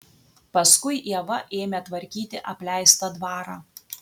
paskui ieva ėmė tvarkyti apleistą dvarą